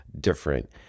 different